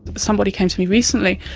somebody came to me recently,